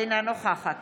אינה נוכחת